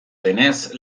denez